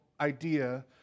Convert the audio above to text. idea